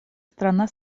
страна